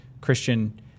Christian